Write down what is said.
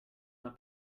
una